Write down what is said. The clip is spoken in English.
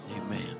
Amen